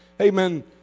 Amen